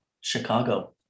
Chicago